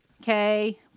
okay